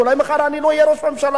אולי מחר אני לא אהיה ראש ממשלה,